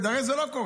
הרי זה לא קורה.